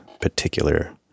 particular